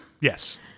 Yes